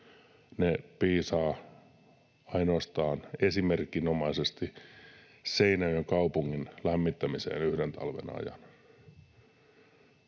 Ne piisaavat ainoastaan, esimerkinomaisesti, Seinäjoen kaupungin lämmittämiseen yhden talven ajan.